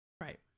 Right